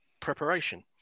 preparation